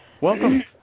welcome